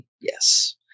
Yes